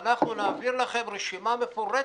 ואנחנו נעביר לכם רשימה מפורטת,